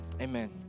Amen